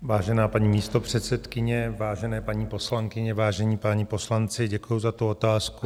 Vážená paní místopředsedkyně, vážené paní poslankyně, vážení páni poslanci, děkuji za tu otázku.